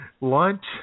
lunch